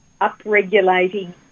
upregulating